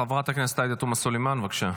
חברת הכנסת עאידה תומא סלימאן, בבקשה.